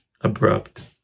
abrupt